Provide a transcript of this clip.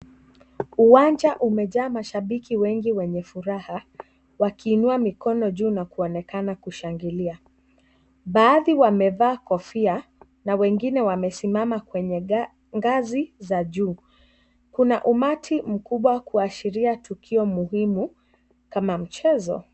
Uwanja umejaa mashabiki wengi wenye furaha wakiinua mikono juu na kuonekana kushangilia. Baadhi wamevaa kofia na wengine wamesimama kwenye ngazi za juu. Kuna umati mkubwa kuashiria tukio muhimu kama mchezo.